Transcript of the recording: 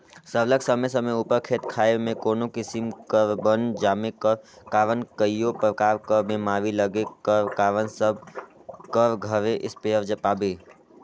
सरलग समे समे उपर खेत खाएर में कोनो किसिम कर बन जामे कर कारन कइयो परकार कर बेमारी लगे कर कारन सब कर घरे इस्पेयर पाबे